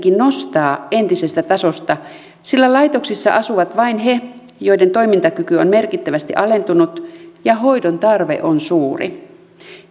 nostaa entisestä tasosta sillä laitoksissa asuvat vain ne joiden toimintakyky on merkittävästi alentunut ja hoidon tarve on suuri